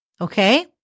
okay